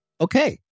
Okay